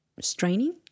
straining